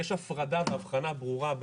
יש הפרדה ואבחנה ברורה,